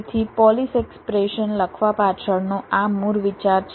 તેથી Polish expression લખવા પાછળનો આ મૂળ વિચાર છે